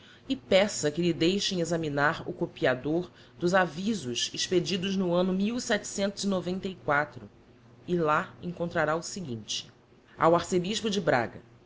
e peça que lhe deixem examinar o copiador dos avisos expedidos no anno e lá encontrará o seguinte ao arcebispo de braga